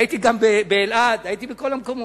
הייתי גם באלעד, הייתי בכל המקומות.